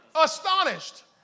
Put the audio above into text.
astonished